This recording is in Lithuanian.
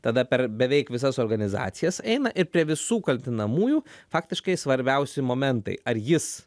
tada per beveik visas organizacijas eina ir prie visų kaltinamųjų faktiškai svarbiausi momentai ar jis